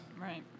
Right